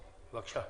בבקשה.